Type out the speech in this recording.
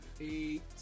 eight